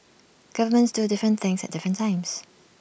governments do different things at different times